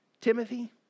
Timothy